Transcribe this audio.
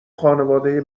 خانواده